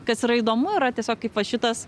kas yra įdomu yra tiesiog kaip va šitas